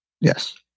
Yes